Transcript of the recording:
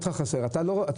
אין מחסור בנהגים.